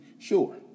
Sure